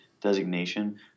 designation